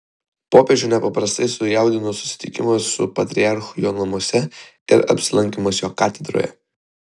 popiežių nepaprastai sujaudino susitikimas su patriarchu jo namuose ir apsilankymas jo katedroje